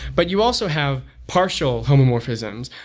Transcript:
but you also have partial homomorphisms.